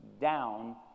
down